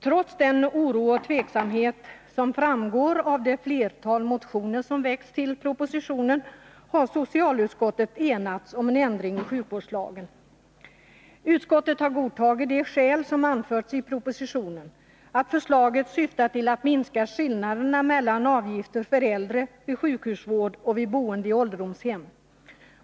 Trots den oro och tveksamhet som framgår av det flertal motioner som väckts med anledning av propositionen har socialutskottet enats om en ändring i sjukvårdslagen. Utskottet har godtagit de skäl som anförts i propositionen, nämligen att förslaget syftar till att minska skillnaderna mellan avgifter för äldre vid sjukhusvård och vid boende i ålderdomshem.